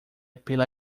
pela